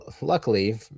luckily